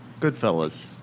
Goodfellas